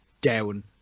down